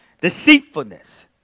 deceitfulness